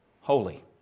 holy